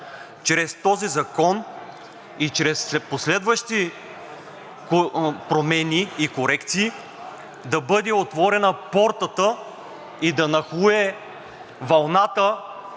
чрез този закон и чрез последващи промени и корекции да бъде отворена портата и да нахлуе вълната